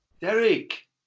Derek